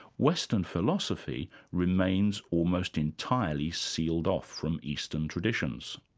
western philosophy remains almost entirely sealed off from eastern traditions.